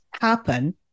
happen